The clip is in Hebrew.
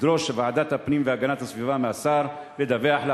תדרוש ועדת הפנים והגנת הסביבה מהשר לדווח לה